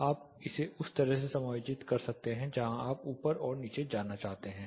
आप इसे उस तरफ समायोजित कर सकते हैं जहां आप ऊपर और नीचे जाना चाहते हैं